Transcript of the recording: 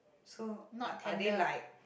so are are they like